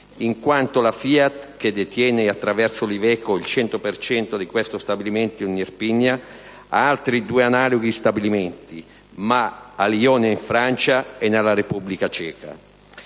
in quanto la FIAT, che detiene, attraverso l'Iveco, il 100 per cento di questo stabilimento in Irpinia, ha altri due analoghi stabilimenti, ma a Lione, in Francia, e nella Repubblica Ceca.